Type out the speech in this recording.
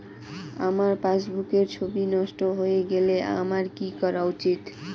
আমার পাসবুকের ছবি নষ্ট হয়ে গেলে আমার কী করা উচিৎ?